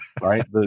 right